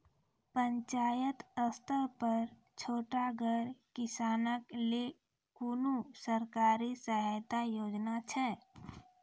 पंचायत स्तर पर छोटगर किसानक लेल कुनू सरकारी सहायता योजना छै?